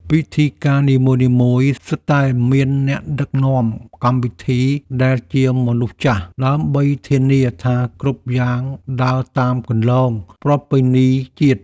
ពិធីការនីមួយៗសុទ្ធតែមានអ្នកដឹកនាំកម្មវិធីដែលជាមនុស្សចាស់ ដើម្បីធានាថាគ្រប់យ៉ាងដើរតាមគន្លងប្រពៃណីជាតិ។